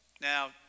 Now